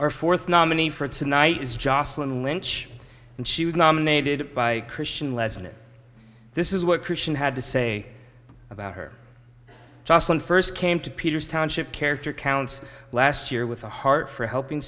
our fourth nominee for tonight is jocelyn lynch and she was nominated by christian lesson in this is what christian had to say about her joslin first came to peters township character counts last year with a heart for helping